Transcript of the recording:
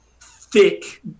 thick